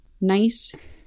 nice